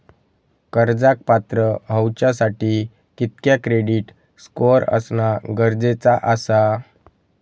कर्जाक पात्र होवच्यासाठी कितक्या क्रेडिट स्कोअर असणा गरजेचा आसा?